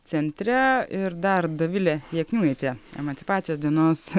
centre ir dar dovilė jakniūnaitė emancipacijos dienos